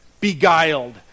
beguiled